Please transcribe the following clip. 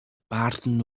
paarden